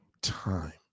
time